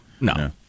no